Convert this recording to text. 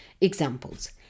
examples